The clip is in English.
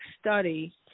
study